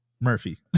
Murphy